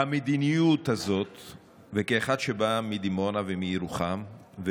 כאחד שבא מדימונה ומירוחם,